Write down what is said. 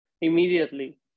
immediately